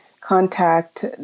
contact